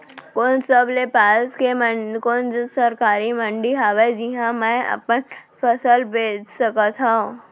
मोर सबले पास के कोन सरकारी मंडी हावे जिहां मैं अपन फसल बेच सकथव?